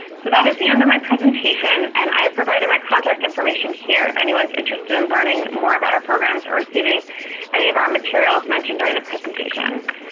so that is the end of my presentation, and i've provided my contact information here if anyone's interested in learning more about our programs or receiving any of our materials mentioned during the presentation.